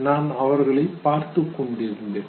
நான் அவர்களையே பார்த்துக் கொண்டிருந்தேன்